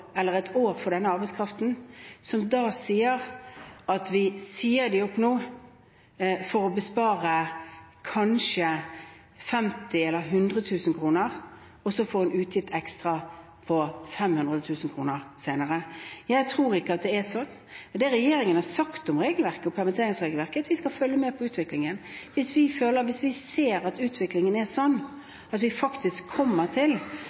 eller ett år for denne arbeidskraften, og da sier dem opp for å spare kanskje 50 000 eller 100 000 kr for så å få en utgift ekstra på 500 000 kr senere. Jeg tror ikke at det er sånn. Det regjeringen har sagt om permitteringsregelverket, er at vi skal følge med på utviklingen. Hvis vi ser at utviklingen er sånn at vi faktisk kommer til